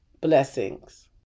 Blessings